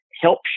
helps